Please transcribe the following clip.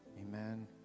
Amen